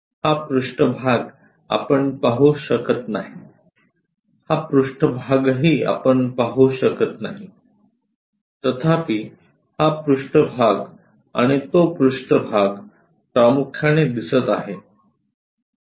हा पृष्ठभाग आपण पाहू शकत नाही हा पृष्ठभागही आपण पाहू शकत नाही तथापि हा पृष्ठभाग आणि तो पृष्ठभाग प्रामुख्याने दिसत आहे